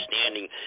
standing